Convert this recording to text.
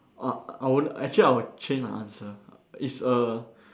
uh I won~ actually I will change my answer it's a